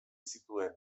zituen